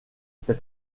cette